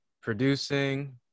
producing